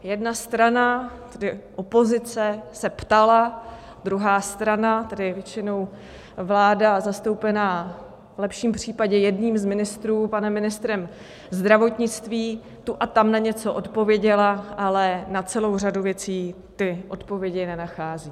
Jedna strana, tedy opozice, se ptala, druhá strana, tedy většinou vláda, zastoupená v lepším případě jedním z ministrů, panem ministrem zdravotnictví, tu a tam na něco odpověděla, ale na celou řadu věcí odpovědi nenachází.